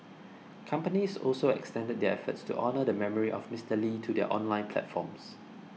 companies also extended their efforts to honour the memory of Mister Lee to their online platforms